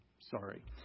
sorry